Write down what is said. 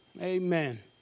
Amen